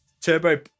Turbo